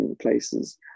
places